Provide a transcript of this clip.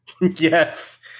Yes